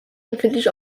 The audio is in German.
empfindlich